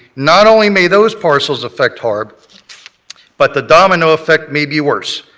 not only may those parcels affect harb but the domino effect may be worse.